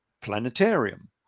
planetarium